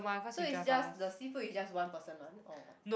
so it's just the seafood is just one person one or